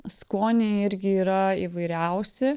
skoniai irgi yra įvairiausi